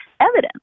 evidence